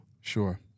Sure